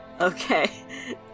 Okay